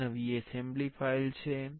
આ નવી assembly file છે